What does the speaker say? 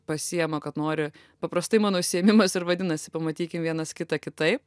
pasiema kad nori paprastai mano užsiėmimas ir vadinasi pamatykim vienas kitą kitaip